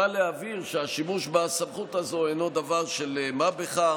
אבל להבהיר שהשימוש בסמכות הזו אינו דבר של מה בכך.